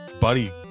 buddy